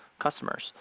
customers